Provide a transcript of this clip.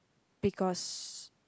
because